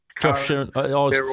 Josh